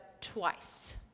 twice